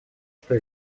что